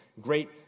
great